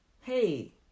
Hey